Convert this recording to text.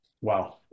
Wow